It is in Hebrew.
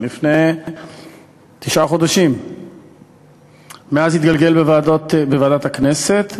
של חבר הכנסת דוד צור וקבוצת חברי הכנסת,